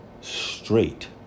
straight